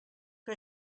que